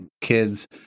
kids